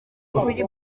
kuri